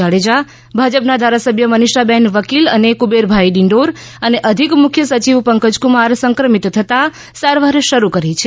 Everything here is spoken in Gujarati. જાડેજા ભાજપના ધારાસભ્ય મનીષાબેન વકીલ અને કુબેરભાઈ ડિંડોર અધિક મુખ્ય સચિવ પંકજ કુમાર સંક્રમિત થતાં સારવાર શરૂ કરી છે